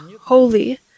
holy